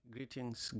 Greetings